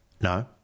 No